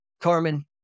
Carmen